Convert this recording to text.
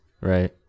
right